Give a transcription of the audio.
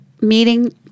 meeting